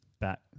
back